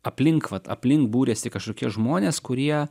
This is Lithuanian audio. aplink vat aplink būrėsi kažkokie žmonės kurie